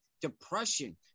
Depression